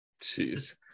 Jeez